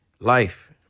life